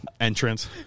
entrance